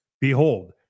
behold